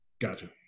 gotcha